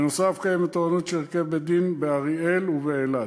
נוסף על כך קיימת תורנות של הרכב בית-דין באריאל ובאילת.